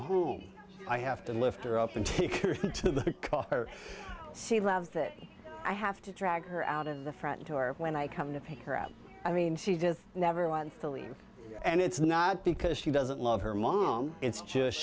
home i have to lift her up and take her see loves that i have to drag her out of the front door when i come to pick her up i mean she just never wants to leave and it's not because she doesn't love her mom it's just